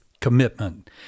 Commitment